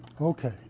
Okay